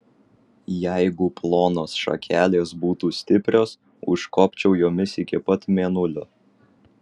jeigu plonos šakelės būtų stiprios užkopčiau jomis iki pat mėnulio